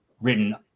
written